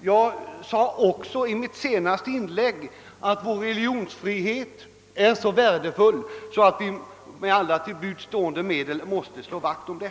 Jag sade i mitt senaste inlägg att vår religionsfrihet är så värdefull att vi med alla till buds stående medel måste slå vakt om den.